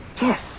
Yes